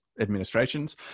administrations